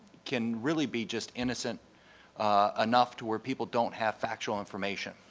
can really be just innocent enough to where people don't have factual information.